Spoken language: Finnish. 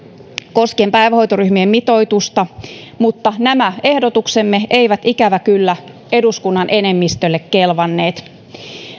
koskien päivähoitoryhmien mitoitusta mutta nämä ehdotuksemme eivät ikävä kyllä eduskunnan enemmistölle kelvanneet